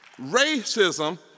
Racism